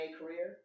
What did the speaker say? career